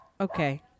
Okay